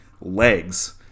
legs